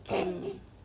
um